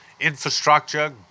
Infrastructure